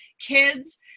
kids